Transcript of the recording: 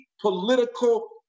political